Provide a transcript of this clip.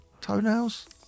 Toenails